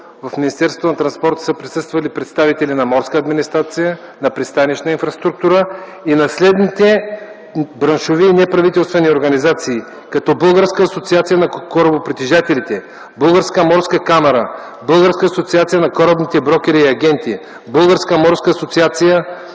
Присъствали са представители на Морската администрация, Пристанищната инфраструктура и на следните браншови и неправителствени организации: Българска асоциация на корабопритежателите, Българска морска камара, Българска асоциация на корабните брокери и агенти, Българска морска асоциация,